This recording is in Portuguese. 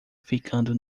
ficando